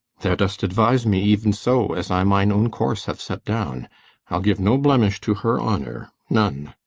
thou dost advise me even so as i mine own course have set down i'll give no blemish to her honour, none.